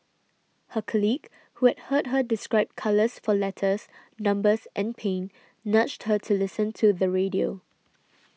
her colleague who had heard her describe colours for letters numbers and pain nudged her to listen to the radio